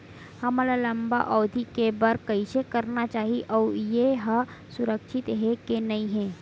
हमन ला लंबा अवधि के बर कइसे करना चाही अउ ये हा सुरक्षित हे के नई हे?